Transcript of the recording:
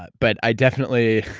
but but i definitely,